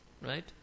Right